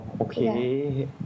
okay